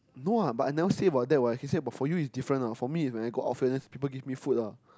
no ah but I never say about that what he say but what for you is different what for me is when I go ourfield then people give me food ah